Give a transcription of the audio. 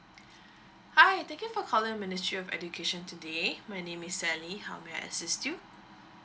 hi thank you for calling ministry of education today my name is sally how may I assist you